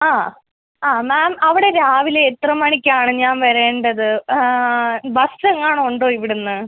ആ ആ മാം അവടെ രാവിലെ എത്ര മണിയ്ക്കാണ് ഞാൻ വരേണ്ടത് ബെസ്സ് എങ്ങാനും ഉണ്ടോ ഇവിടുന്ന്